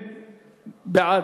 ואין בעד.